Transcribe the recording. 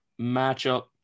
matchup